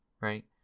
Right